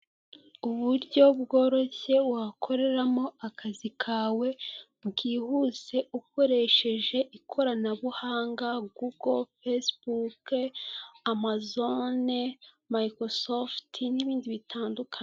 Uburyo bworoshye wakoreramo akazi kawe bwihuse ukoresheje ikoranabuhanga Gugo, Fasibuke, amazone, mikosofuti n'ibindi bitandukanye.